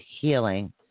healing